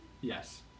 Yes